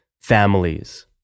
families